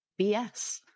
BS